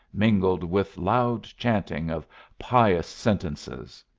mingled with loud chanting of pious sentences.